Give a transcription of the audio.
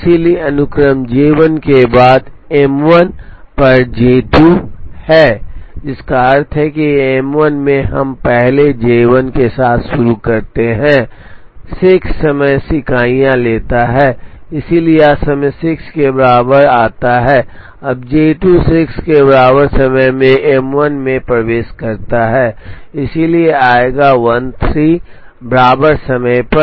इसलिए अनुक्रम J1 के बाद M1 पर J2 है जिसका अर्थ है कि M1 में हम पहले J1 के साथ शुरू करते हैं 6 समय इकाइयाँ लेता है इसलिए यह समय 6 के बराबर आता है अब J2 6 के बराबर समय में M1 में प्रवेश करता है इसलिए आएगा 13 बराबर समय पर